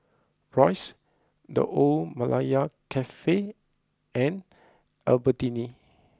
Royce the Old Malaya Cafe and Albertini